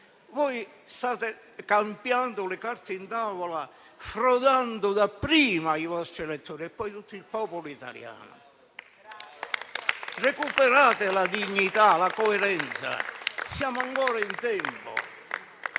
State cambiando le carte in tavola, frodando dapprima i vostri elettori e poi tutto il popolo italiano. Recuperate la dignità e la coerenza, siamo ancora in tempo.